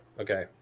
Okay